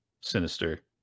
Sinister